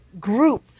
group